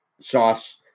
sauce